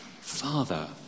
Father